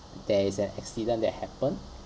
there is an accident that happened